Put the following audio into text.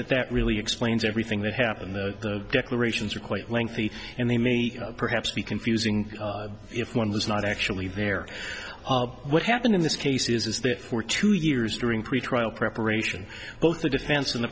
that that really explains everything that happened the declarations are quite lengthy and they may perhaps be confusing if one was not actually there what happened in this case is that for two years during pretrial preparation both the defense and the